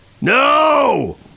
No